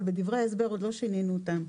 אבל בדברי ההסבר עוד לא שינינו אותם.